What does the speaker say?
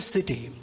City